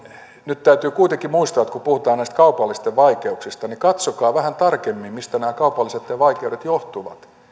nyt täytyy kuitenkin muistaa että kun puhutaan näistä kaupallisten vaikeuksista niin katsokaa vähän tarkemmin mistä nämä kaupallisten vaikeudet johtuvat